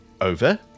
Over